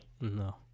No